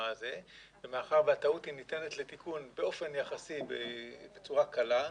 ומאחר שהטעות ניתנת לתיקון באופן יחסי בצורה קלה,